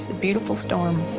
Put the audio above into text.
beautiful storm.